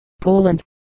Poland